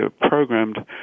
programmed